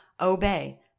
obey